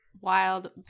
wild